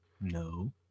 No